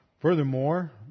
Furthermore